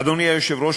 אדוני היושב-ראש,